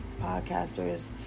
podcasters